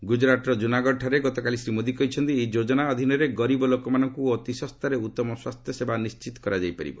ଗୁଜୁରାତର ଜୁନାଗଡ଼ଠାରେ ଗତକାଲି ଶ୍ରୀ ମୋଦି କହିଛନ୍ତି ଏହି ଯୋଜନା ଅଧୀନରେ ଗରିବ ଲୋକମାନଙ୍କୁ ଅତି ଶସ୍ତାରେ ଉତ୍ତମ ସ୍ୱାସ୍ଥ୍ୟସେବା ନିଶ୍ଚିତ କରିବ